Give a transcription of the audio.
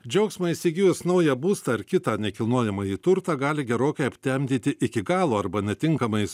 džiaugsmą įsigijus naują būstą ar kitą nekilnojamąjį turtą gali gerokai aptemdyti iki galo arba netinkamais